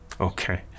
Okay